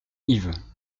yves